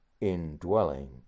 indwelling